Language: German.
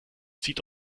zieht